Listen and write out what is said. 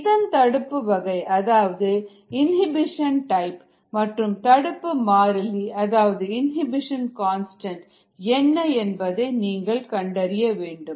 இதன் தடுப்பு வகை அதாவது இனிபிஷன் டைப் மற்றும் தடுப்பு மாறிலி அதாவது இனிபிஷன் கான்ஸ்டன்ட் KI என்ன என்பதை நீங்கள் கண்டறிய வேண்டும்